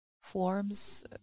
forms